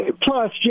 plus